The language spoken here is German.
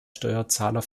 steuerzahler